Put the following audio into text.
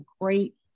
great